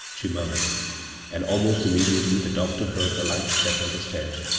she murmured and almost immediately the doc tor heard a light step on the stairs.